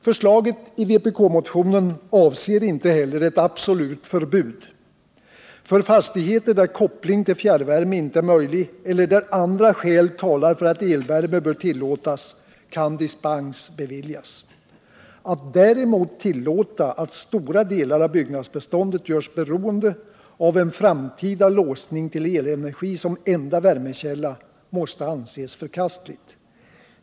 Förslaget i vpkmotionen gäller nya byggnader och avser inte heller ett absolut förbud. För fastigheter där koppling till fjärrvärme inte är möjlig, eller där andra skäl talar för att elvärme bör tillåtas, måste givetvis undantag göras. Att däremot tillåta att stora delar av byggnadsbeståndet görs beroende av en framtida låsning till elenergi som enda värmekälla måste anses förkastligt.